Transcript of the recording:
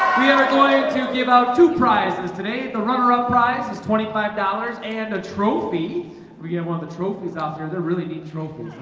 we are going to give out two prizes today the runner-up prize is twenty five dollars and a trophy we didn't want the trophies out there. they're really neat trophy